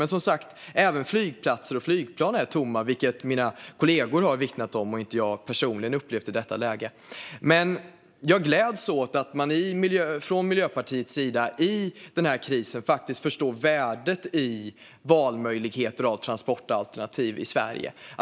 Men som sagt: Även flygplatser och flygplan är tomma, vilket mina kollegor har vittnat om. Det är alltså inte något jag personligen har upplevt i detta läge. Jag gläds åt att man från Miljöpartiets sida i den här krisen förstår värdet i valmöjligheter av transportalternativ i Sverige.